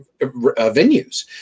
venues